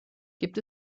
gibt